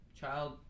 child